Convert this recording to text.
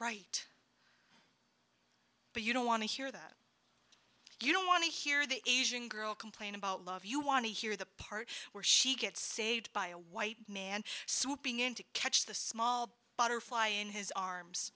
right but you don't want to hear that you don't want to hear the asian girl complain about love you want to hear the part where she gets saved by a white man swooping in to catch the small butterfly in his arms